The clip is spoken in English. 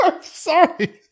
Sorry